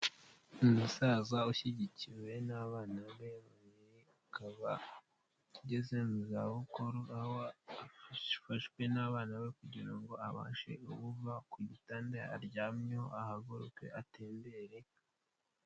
Umusaza ushyigikiwe n'abana be babiri, akaba ageze mu zabukuru, aho afashwe n'abana be kugira ngo abashe ubuva ku gitanda aryamyeho ahaguruke atembere.